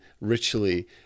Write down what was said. ritually